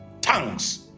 tongues